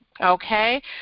Okay